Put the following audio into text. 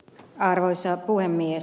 arvoisa puhemies